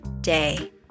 day